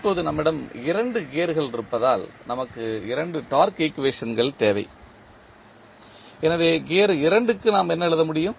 இப்போது நம்மிடம் 2 கியர்கள் இருப்பதால் நமக்கு 2 டார்க்கு ஈக்குவேஷன்கள் தேவை எனவே கியர் 2 க்கு நாம் என்ன எழுத முடியும்